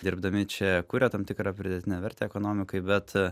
dirbdami čia kuria tam tikrą pridėtinę vertę ekonomikai bet